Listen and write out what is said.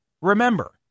Remember